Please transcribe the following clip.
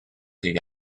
chi